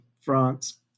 France